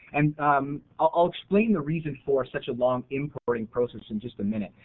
and um i'll explain the reason for such a long importing process in just a minute.